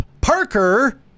Parker